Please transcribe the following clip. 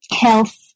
health